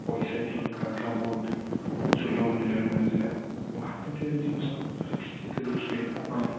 ପଇସାଟି ମଧ୍ୟ ବହୁତ ସୁଲଭ ମୂଲ୍ୟରେ ମିଳୁଥିଲା ଓ ହାତ ତିଆରି ଜିନିଷ ଯେତେ ଦେଖିବେ ଆପଣ